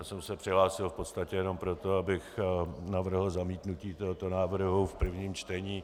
Já jsem se přihlásil v podstatě jenom proto, abych navrhl zamítnutí tohoto návrhu v prvním čtení.